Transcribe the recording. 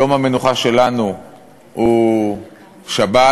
יום המנוחה שלנו הוא שבת,